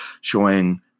showing